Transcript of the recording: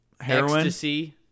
heroin